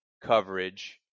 coverage